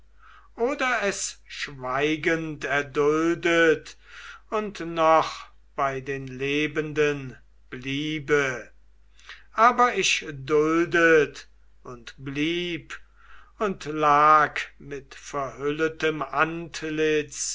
oder es schweigend erduldet und noch bei den lebenden bliebe aber ich duldet und blieb und lag mit verhülletem antlitz